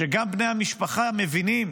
שגם בני המשפחה מבינים